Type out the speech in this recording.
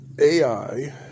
AI